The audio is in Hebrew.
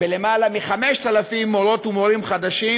בלמעלה מ-5,000 מורות ומורים חדשים,